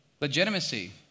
Legitimacy